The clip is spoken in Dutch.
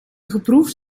geproefd